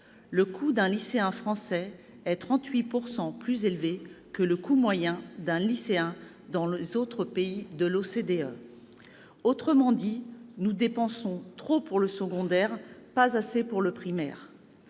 le coût d'un lycéen français est de 38 % plus élevé que le coût moyen d'un lycéen dans les autres pays de l'OCDE. En d'autres termes, nous dépensons trop pour le secondaire, pas assez pour le primaire.